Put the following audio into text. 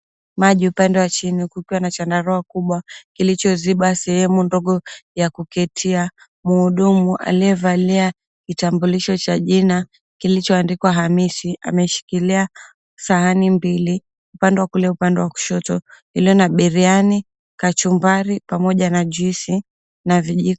Maji upande wa chini kukiwa na chandarua kubwa kilichoziba sehemu ndogo ya kuketia. Mhudumu aliyevalia kitambulisho cha jina kilichoandikwa "Hamisi", ameshikilia sahani mbili, upande wa kulia, upande wa kushoto iliyo na biriani, kachumbari pamoja na juice na vijiko.